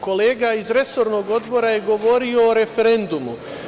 Kolega iz resornog odbora je govorio o referendumu.